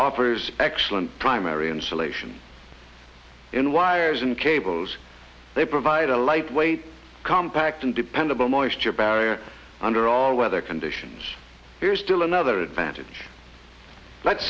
offers excellent primary insulation in wires and cables they provide a lightweight compact and dependable moisture barrier under all weather conditions here still another advantage let's